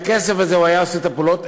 בכסף הזה הוא היה עושה את הפעולות.